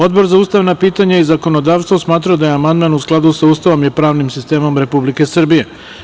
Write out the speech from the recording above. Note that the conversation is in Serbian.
Odbor za ustavna pitanja i zakonodavstvo smatra da je amandman u skladu sa Ustavom i pravnim sistemom Republike Srbije.